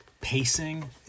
pacing